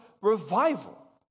revival